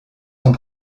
sont